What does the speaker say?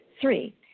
Three